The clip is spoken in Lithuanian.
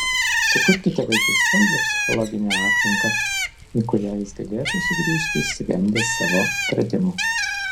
sukurkite vaikui saugią psichologinę aplinką į kurią jis galėtų sugrįžti išsigandęs savo atradimų